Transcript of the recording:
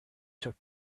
took